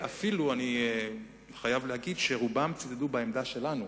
אפילו, אני חייב להגיד שרובם צידדו בעמדה שלנו,